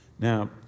Now